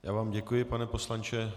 Já vám děkuji, pane poslanče.